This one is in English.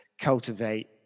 cultivate